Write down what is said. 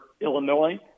Illinois